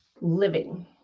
Living